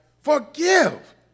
Forgive